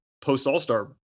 post-All-Star